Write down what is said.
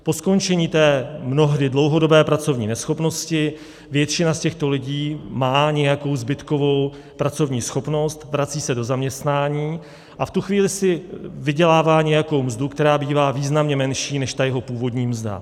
Po skončení té mnohdy dlouhodobé pracovní neschopnosti většina z těchto lidí má nějakou zbytkovou pracovní schopnost, vrací se do zaměstnání a v tu chvíli si vydělává nějakou mzdu, která bývá významně menší, než jeho původní mzda.